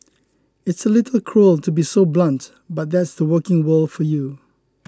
it's a little cruel to be so blunt but that's the working world for you